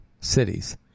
cities